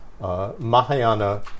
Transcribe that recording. Mahayana